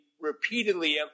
repeatedly